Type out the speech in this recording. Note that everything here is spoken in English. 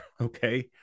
okay